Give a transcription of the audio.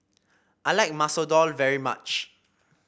I like Masoor Dal very much